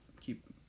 keep